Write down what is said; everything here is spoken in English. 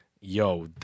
Yo